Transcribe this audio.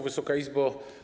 Wysoka Izbo!